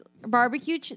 barbecue